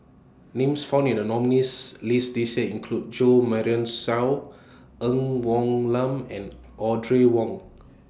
Names found in The nominees' list This Year include Jo Marion Seow Ng Woon Lam and Audrey Wong